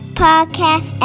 podcast